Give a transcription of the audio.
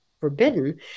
forbidden